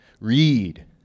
read